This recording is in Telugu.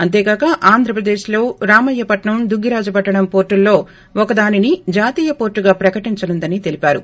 అంతేకాక ఆంద్రప్రదేశ్ లో రామయ్యపట్నం దుగ్గిరాజుపట్టణం పోర్టులలో ఒకదానిని జాతీయ పోర్టుగా ప్రకటించనుందని తెలిపారు